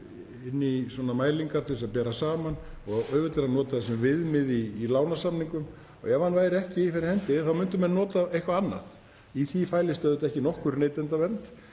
inn í svona mælingar til að bera saman og auðvitað er það notað sem viðmið í lánasamningum. Ef það væri ekki fyrir hendi myndu menn nota eitthvað annað. Í því fælist auðvitað ekki nokkur neytendavernd.